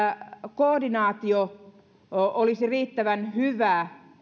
koordinaatio olisi riittävän hyvä